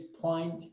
point